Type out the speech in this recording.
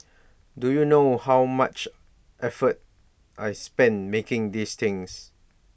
do you know how much effort I spent making these things